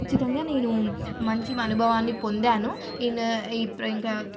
కచ్చితంగా నేను మంచి అనుభవాన్ని పొందాను ఈను ఇప్పుడు ఇంకా